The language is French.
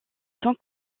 sans